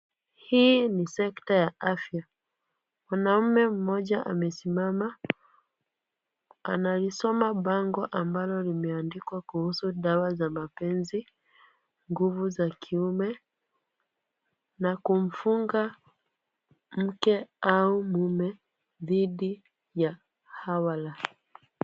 Hii ni sekta ya afya. Mwanaume mmoja amesimama analisoma bango ambalo limeandikwa kuhusu dawa za mapenzi, nguvu za kiume na kumfunga mke au mume dhidi ya hawala.